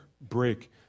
break